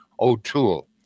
O'Toole